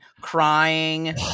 crying